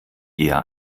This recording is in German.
eher